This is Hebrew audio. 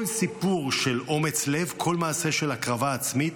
כל סיפור של אומץ לב, כל מעשה של הקרבה עצמית,